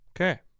Okay